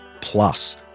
plus